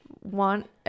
want